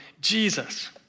Jesus